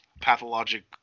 Pathologic